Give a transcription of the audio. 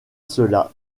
cela